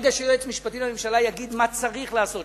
ברגע שיועץ משפטי לממשלה יגיד מה צריך לעשות,